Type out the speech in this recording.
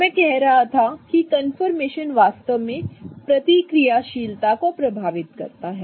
तो मैं कह रहा था कि कंफर्मेशन वास्तव में प्रतिक्रियाशीलता को प्रभावित करता है